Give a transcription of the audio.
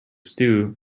stew